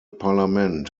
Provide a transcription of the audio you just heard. parlament